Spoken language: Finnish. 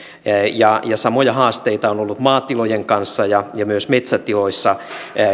ja samoja haasteita on ollut maatilojen kanssa ja ja myös metsätilojen